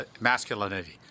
masculinity